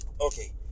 okay